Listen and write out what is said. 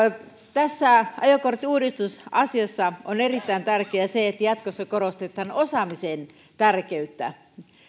tässä ajokorttiuudistusasiassa on erittäin tärkeää se että jatkossa korostetaan osaamisen tärkeyttä